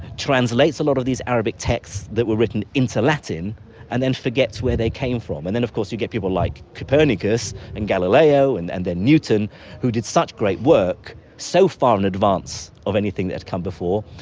translates a lot of these arabic texts that were written into latin and then forgets where they came from. and then of course you get people like copernicus and galileo and and then newton who did such great work, so far in advance of anything that had come before,